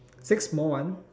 six small ones